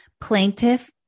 Plaintiff